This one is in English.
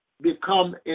become